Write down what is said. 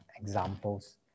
examples